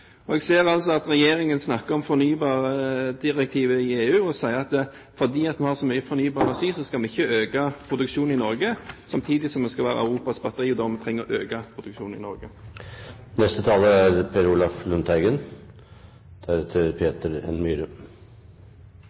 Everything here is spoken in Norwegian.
Jeg ser altså at regjeringen snakker om fornybardirektivet i EU og sier at fordi man har så mye fornybar energi, skal vi ikke øke produksjonen i Norge, samtidig som vi skal være Europas batteri, og da trenger vi å øke produksjonen i Norge. Senterpartiet er